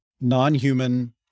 non-human